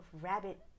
Rabbit